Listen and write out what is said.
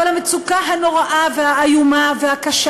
אבל המצוקה הנוראה והאיומה והקשה